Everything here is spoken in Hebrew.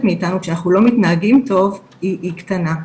מאיתנו כשאנחנו לא מתנהגים טוב היא קטנה.